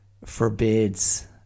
forbids